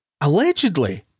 allegedly